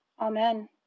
Amen